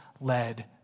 led